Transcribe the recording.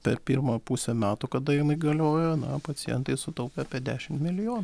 per pirmą pusę metų kada jinai galiojo na pacientai sutaupė apie dešimt milijon